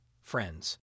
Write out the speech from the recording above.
friends